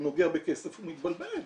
הוא נוגע בכסף הוא מתבלבל,